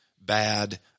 bad